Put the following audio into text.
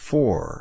Four